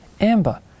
Amber